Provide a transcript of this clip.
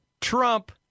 Trump